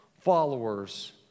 followers